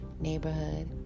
neighborhood